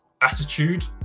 attitude